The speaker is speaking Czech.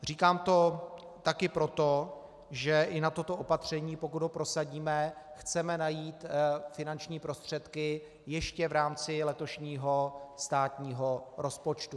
Říkám to také proto, že i na toto opatření, pokud ho prosadíme, chceme najít finanční prostředky ještě v rámci letošního státního rozpočtu.